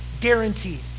Guaranteed